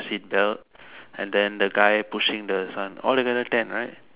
seatbelt and then the guy pushing the son all together ten right